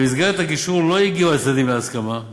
במסגרת הגישור לא הגיעו הצדדים להסכמה.